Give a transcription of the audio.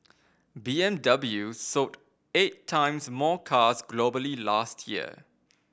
B M W sold eight times more cars globally last year